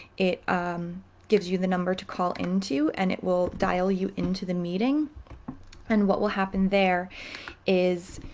it um gives you the number to call into and it will dial you into the meeting and what will happen there is